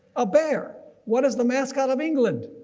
a bear. what is the mascot of england?